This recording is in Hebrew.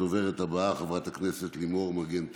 הדוברת הבאה, חברת הכנסת לימור מגן תלם.